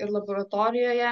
ir laboratorijoje